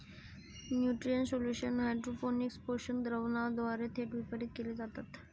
nutrient solution hydroponics पोषक द्रावणाद्वारे थेट वितरित केले जातात